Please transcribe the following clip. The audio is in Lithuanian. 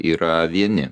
yra vieni